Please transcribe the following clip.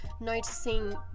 noticing